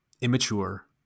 immature